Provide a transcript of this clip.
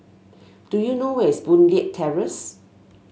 do you know where is Boon Leat Terrace